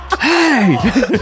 Hey